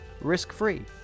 risk-free